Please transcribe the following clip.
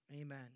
Amen